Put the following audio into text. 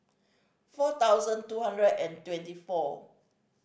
four thousand two hundred and twenty four